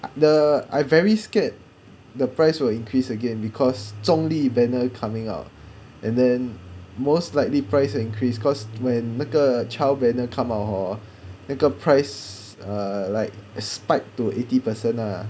the I very scared the price will increase again because 中立 banner coming out and then most likely price increase cause when 那个 child banner come out hor 那个 price ah like spike to eighty percent ah